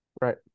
Right